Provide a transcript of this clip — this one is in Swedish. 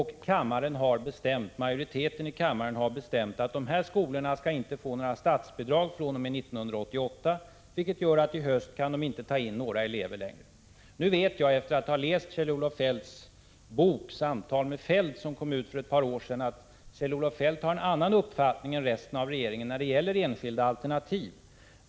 Men majoriteten i kammaren har bestämt att dessa skolor inte skall få några statsbidrag fr.o.m. 1988, vilket innebär att skolorna fr.o.m. i höst inte kan ta in några elever. Nu vet jag — efter att ha läst Kjell-Olof Feldts bok, Samtal med Feldt, som kom ut för ett par år sedan — att Kjell-Olof Feldt har en annan uppfattning än resten av regeringen när det gäller enskilda alternativ.